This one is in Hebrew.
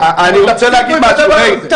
אני רוצה להגיד משהו, מאיר.